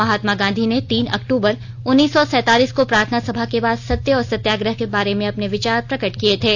महात्मा गांधी ने तीन अक्टूबर उनीस सौ सैंतालीस को प्रार्थना सभा के बाद सत्य और सत्याग्रह के बारे में अपने विचार प्रगट किए थे